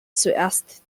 zuerst